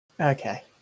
Okay